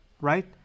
right